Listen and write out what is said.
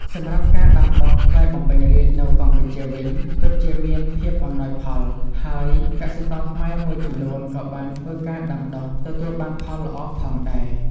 សម្រាប់ការដាំដុះផ្លែបំពេញរាជនៅកម្ពុជាវិញ ពិតជាមានភាពអំណោយផល ហើយកសិករខ្មែរមួយចំនួនក៏បានធ្វើការដាំដុះទទួលបានផលល្អផងដែរ។